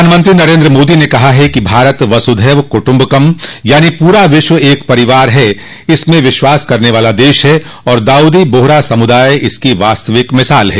प्रधानमंत्री नरेन्द्र मोदी ने कहा है कि भारत वसुधैव कुटुंबकम यानि पूरा विश्व एक परिवार में विश्वास करने वाला देश है और दाउदी बोहरा समुदाय इसकी वास्तविक मिसाल है